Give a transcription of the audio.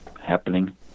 happening